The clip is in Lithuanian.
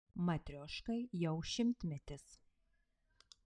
matrioškai jau šimtmetis